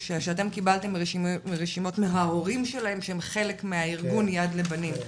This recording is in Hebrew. שאתם קיבלתם רשימות מההורים שלהם שהם חלק מהארגון יד לבנים.